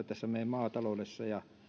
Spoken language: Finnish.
tässä meidän maataloudessa ja